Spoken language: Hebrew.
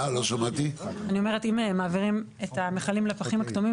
אם מעבירים את המכלים לפחים הכתומים,